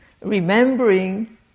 remembering